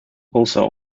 also